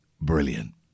brilliant